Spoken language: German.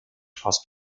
fast